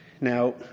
Now